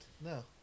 No